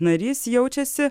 narys jaučiasi